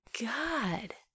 God